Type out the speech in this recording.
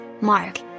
Mark